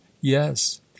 Yes